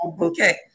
okay